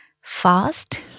Fast